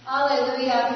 Hallelujah